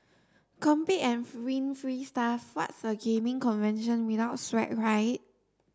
compete and win free stuff what's a gaming convention without swag right